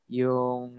yung